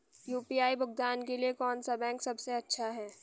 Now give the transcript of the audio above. UPI भुगतान के लिए कौन सा बैंक सबसे अच्छा है?